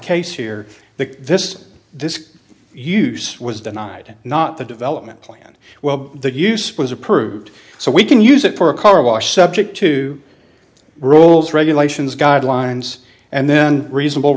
case here that this is this use was denied not the development plan well the use was approved so we can use it for a car wash subject to rules regulations guidelines and then reasonable